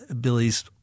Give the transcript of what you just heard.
Billy's